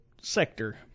sector